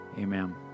amen